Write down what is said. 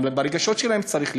גם ברגשות שלהם צריך להתחשב.